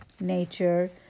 nature